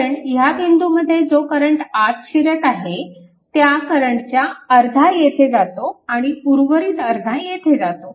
कारण ह्या बिंदूंमध्ये जो करंट आत शिरत आहे त्या करंटच्या अर्धा येथे जातो आणि उर्वरित अर्धा येथे जातो